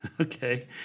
Okay